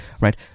Right